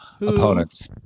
opponents